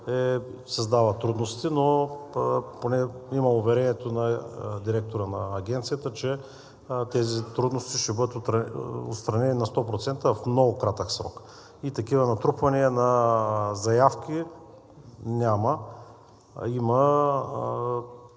създава трудности, но поне имам уверението на директора на Агенцията, че тези трудности ще бъдат отстранени сто процента в много кратък срок и такива натрупвания на заявки няма,